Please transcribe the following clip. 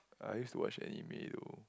I used to watch anime though